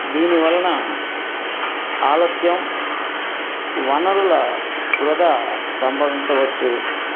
దీని వలన ఆలస్యం వనరుల వృధా సంభవించవచ్చు